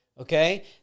okay